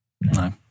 No